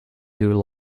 two